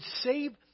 save